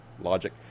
Logic